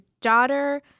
daughter